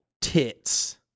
Tits